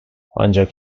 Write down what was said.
ancak